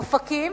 אופקים